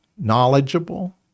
knowledgeable